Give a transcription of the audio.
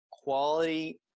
quality